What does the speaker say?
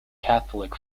catholic